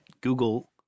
Google